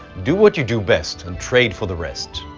do what you do best and trade for the rest.